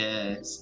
Yes